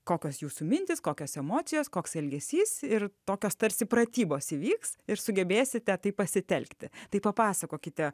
kokios jūsų mintys kokios emocijos koks elgesys ir tokios tarsi pratybos įvyks ir sugebėsite tai pasitelkti tai papasakokite